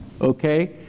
Okay